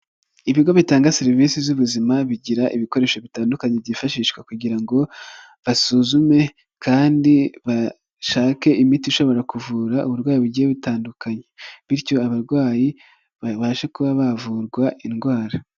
Ibigo bitanga serivisi z'ubuzima, bigira ibikoresho bitandukanye byifashishwa kugira ngo basuzume kandi bashake imiti ishobora kuvura uburwayi bugiye bitandukanye. Bityo abarwayi babashe kuba bavurwa indwara.